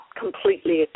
completely